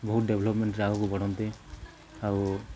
ବହୁତ ଡେଭଲପମେଣ୍ଟ୍ରେ ଆଗକୁ ବଢ଼ନ୍ତି ଆଉ